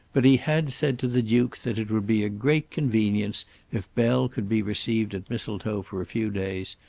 but he had said to the duke that it would be a great convenience if bell could be received at mistletoe for a few days,